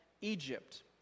Egypt